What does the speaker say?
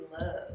love